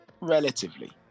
Relatively